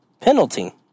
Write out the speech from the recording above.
penalty